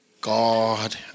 God